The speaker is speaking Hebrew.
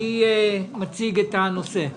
מי מציג את הנושא?